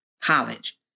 college